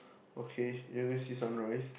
okay University sunrise